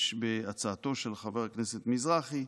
בהצעתו של חבר הכנסת מזרחי,